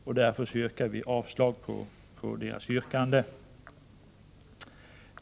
Jag yrkar avslag på centerns förslag.